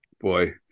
boy